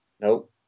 Nope